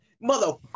Mother